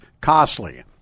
costly